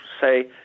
say